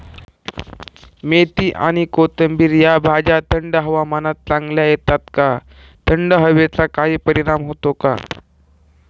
मेथी आणि कोथिंबिर या भाज्या थंड हवामानात चांगल्या येतात का? थंड हवेचा काही परिणाम होतो का?